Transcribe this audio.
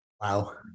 Wow